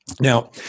Now